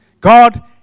God